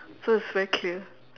so it's very clear